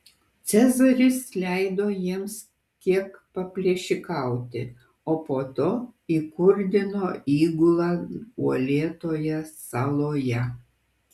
cezaris leido jiems kiek paplėšikauti o po to įkurdino įgulą uolėtoje saloje